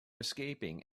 escaping